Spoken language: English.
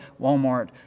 Walmart